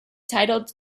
titled